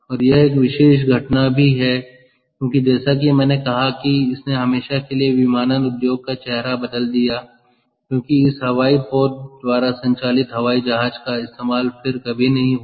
और यह एक विशेष घटना भी है क्योंकि जैसा कि मैंने कहा कि इसने हमेशा के लिए विमानन उद्योग का चेहरा बदल दिया क्योंकि इस हवाई पोत द्वारा संचालित हवाई जहाज का इस्तेमाल फिर कभी नहीं किया गया